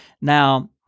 Now